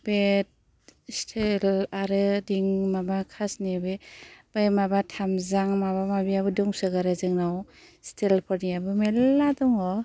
बे स्टिल आरो दिं माबा खासनि बे बे माबा थामजां माबा माबिआबो दंसोगारो जोंनाव स्टिल फोरनियाबो मेरला दङ